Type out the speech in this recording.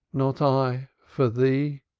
not i for thee.